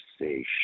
say